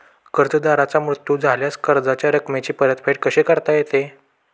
कर्जदाराचा मृत्यू झाल्यास कर्जाच्या रकमेची परतफेड कशी करता येते?